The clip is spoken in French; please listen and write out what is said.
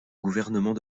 gouvernement